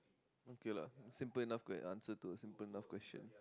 okay lah simple enough quest~ answer to a simple enough question